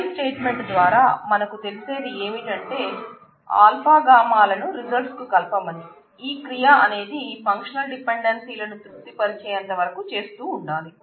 పై statement ద్వారా మనకు తెలిసేది ఏమంటే α γ లను రిజల్ట్ కు కలపమని ఈ క్రియ అనేది ఫంక్షనల్ డిపెండెన్సీలను తృప్తి పరిచేంత వరకు చేస్తూ ఉండాలి